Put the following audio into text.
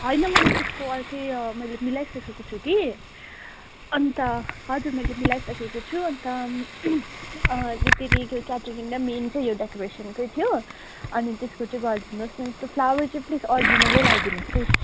होइन मैले त्यसको अर्कै मैले मिलाइसकेको छु कि अन्त हजुर मैले मिलाइसकेको छु अन्त त्यति क्याटरिङ र मेन चाहिँ यो डेकोरेसनकै थियो अनि त्यसको चाहिँ गरिदिनुहोस् न यस्तो फ्लावर चाहिँ प्लिज अरिजिनल नै लाइदिनुहोस् है